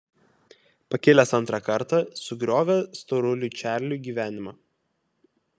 pakilęs antrą kartą sugriovė storuliui čarliui gyvenimą